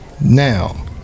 Now